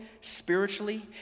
spiritually